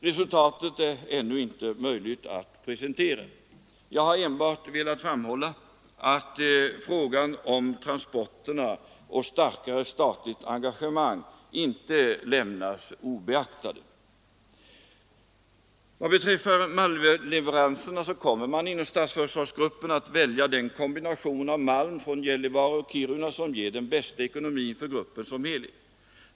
Resultatet kan ännu inte presenteras. Jag har bara velat framhålla att frågan om transporterna och starkare statligt engagemang inte har lämnats obeaktad. Vad beträffar malmleveranserna kommer man inom Statsföretagsgruppen att välja den kombination av malm från Gällivare och Kiruna som ger den bästa ekonomin för gruppen som helhet.